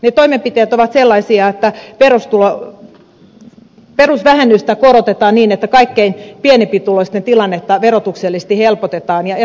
ne toimenpiteet ovat sellaisia että perusvähennystä korotetaan niin että kaikkein pienituloisimpien tilannetta verotuksellisesti helpotetaan